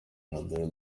intumbero